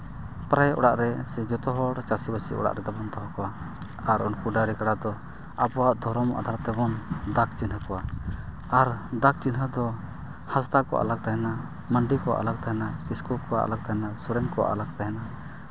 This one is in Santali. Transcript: ᱯᱨᱟᱭ ᱚᱲᱟᱜ ᱨᱮ ᱥᱮ ᱡᱚᱛᱚ ᱦᱚᱲ ᱪᱟᱹᱥᱤᱵᱟᱹᱥᱤ ᱚᱲᱟᱜ ᱨᱮᱫᱚ ᱵᱚᱱ ᱫᱚᱦᱚ ᱠᱚᱣᱟ ᱟᱨ ᱩᱱᱠᱩ ᱰᱟᱹᱝᱨᱤ ᱠᱟᱰᱟ ᱫᱚ ᱟᱵᱚᱣᱟᱜ ᱫᱷᱚᱨᱚᱢ ᱟᱫᱷᱟᱨ ᱛᱮᱵᱚᱱ ᱫᱟᱜᱽ ᱪᱤᱱᱦᱟᱹ ᱠᱚᱣᱟ ᱟᱨ ᱫᱟᱜᱽ ᱪᱤᱱᱦᱟᱹ ᱫᱚ ᱦᱟᱸᱥᱫᱟ ᱠᱚᱣᱟᱜ ᱟᱞᱟᱫᱟ ᱛᱟᱦᱮᱱᱟ ᱢᱟᱱᱰᱤ ᱠᱚᱣᱟᱜ ᱟᱞᱟᱫᱟ ᱛᱟᱦᱮᱱᱟ ᱠᱤᱥᱠᱩ ᱠᱚᱣᱟᱜ ᱟᱞᱟᱫᱟ ᱛᱟᱦᱮᱱᱟ ᱥᱚᱨᱮᱱ ᱠᱚᱣᱟᱜ ᱟᱞᱟᱫᱟ ᱛᱟᱦᱮᱱᱟ